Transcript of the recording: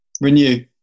renew